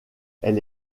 elle